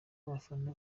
abafana